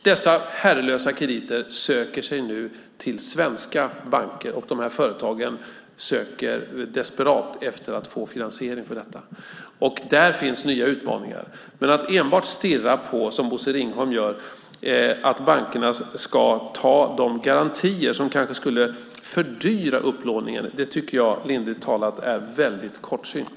Dessa herrelösa krediter söker sig nu till svenska banker. De företagen söker desperat efter att få finansiering. Där finns nya utmaningar. Men att enbart, som Bosse Ringholm gör, stirra på att bankerna ska ta de garantier som kanske skulle fördyra upplåningen tycker jag, lindrigt talat, är väldigt kortsynt.